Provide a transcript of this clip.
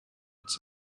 its